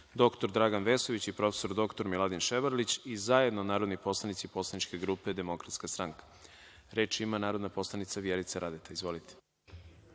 dr Dragan Vesović i prof. dr Miladin Ševarlić i zajedno narodni poslanici poslaničke grupe DS.Reč ima narodni poslanik Vjerica Radeta. Izvolite.